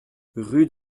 rue